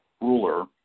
ruler